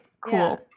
Cool